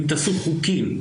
אם תעשו חוקים,